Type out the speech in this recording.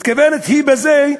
מתכוונת היא בזה,